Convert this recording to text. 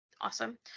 awesome